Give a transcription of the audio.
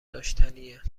داشتنیه